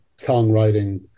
songwriting